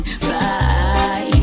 fly